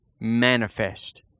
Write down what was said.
manifest